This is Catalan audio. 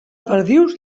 perdius